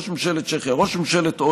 ראש ממשלת צ'כיה,